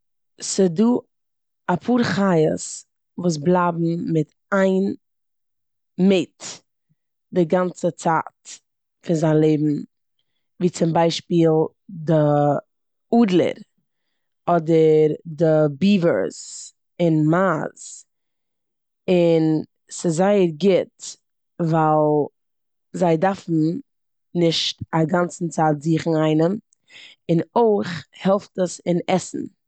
ס'דא אפאר חיות וואס בלייבן מיט איין מעיט די גאנצע צייט פון זיין לעבן, ווי צום ביישפיל די אדלער, אדער די ביבערס און מייז און ס'זייער גוט ווייל זיי דארפן נישט א גאנצן צייט זוכן איינעם און אויך אלפט עס אין עסן.